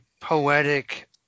poetic